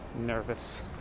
Nervous